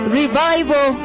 revival